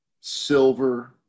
silver